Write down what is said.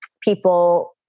People